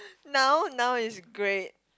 now now is great